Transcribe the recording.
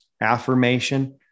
affirmation